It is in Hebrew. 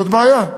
זאת בעיה.